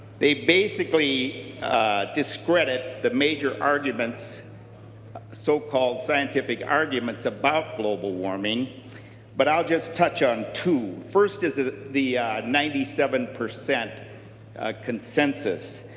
they basically discredit the major argument so-called scientific argument about global warming but i would just touch on to your first is the the ninety seven percent consensus.